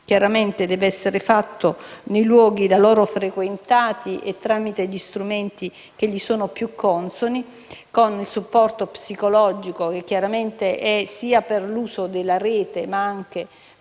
infatti, deve essere fatto nei luoghi da loro frequentati e tramite gli strumenti loro più consoni, con il supporto psicologico che è sia per l'uso della rete, che per